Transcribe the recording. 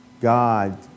God